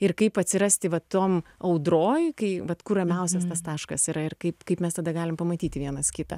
ir kaip atsirasti vat tom audroje kai bet kuo ramiausiai nes taškas yra ir kaip kaip mes tada galim pamatyti vienas kitą